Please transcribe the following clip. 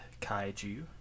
kaiju